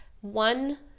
one